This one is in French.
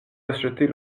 acheter